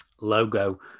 logo